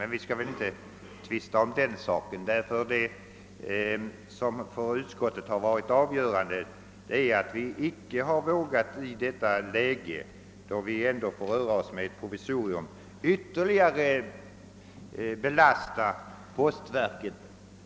Men vi skall väl inte tvista om den saken, ty det som för oss inom utskottet varit avgörande är att vi i detta läge, då man ändå får röra sig med ett provisorium, icke vågat ytterligare belasta postverket.